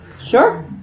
Sure